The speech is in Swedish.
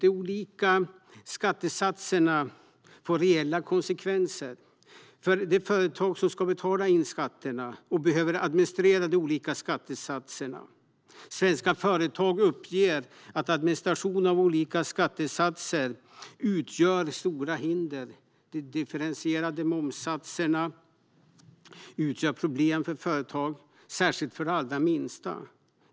De olika skattesatserna får reella konsekvenser för de företag som ska betala in skatterna och behöver administrera de olika skattesatserna. Svenska företag uppger att administration av olika skattesatser utgör stora hinder. De differentierade momssatserna utgör problem för företag, särskilt för de allra minsta.